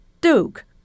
Duke